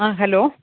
ആ ഹലോ